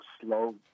slow